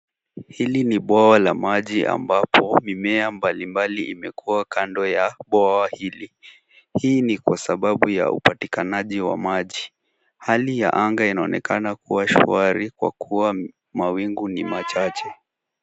Hili ni bwawa la maji ambapo mimea mbalimbali imekua kando ya bwawa hili. Hii ni kwa sababu ya upatikanaji wa maji. Hali ya anga inaonekana kuwa shwari kwa kuwa mawingu ni machache.